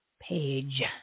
page